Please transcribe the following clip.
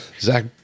Zach